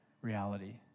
reality